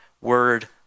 Word